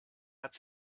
hat